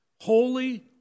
Holy